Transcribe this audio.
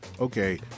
okay